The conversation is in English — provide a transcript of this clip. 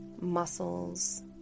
muscles